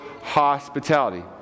hospitality